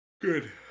Good